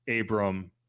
abram